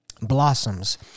Blossoms